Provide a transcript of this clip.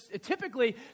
typically